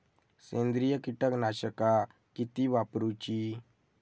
सेंद्रिय कीटकनाशका किती वापरूची?